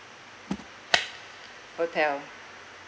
hotel